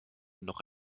noch